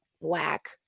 whack